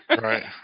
Right